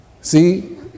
See